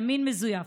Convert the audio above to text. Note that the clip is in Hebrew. ימין מזויף.